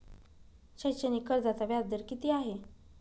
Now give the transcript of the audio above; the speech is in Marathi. शैक्षणिक कर्जाचा व्याजदर किती आहे?